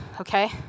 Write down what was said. Okay